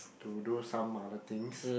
to do some other things